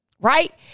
right